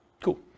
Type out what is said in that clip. Cool